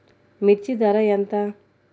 మిర్చి ధర ఎంత?